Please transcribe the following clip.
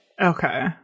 Okay